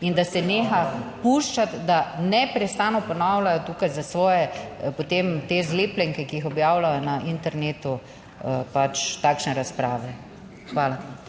in da se neha puščati, da neprestano ponavljajo tukaj za svoje potem te zlepljenke, ki jih objavljajo na internetu, pač takšne razprave. Hvala.